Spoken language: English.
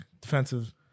defensive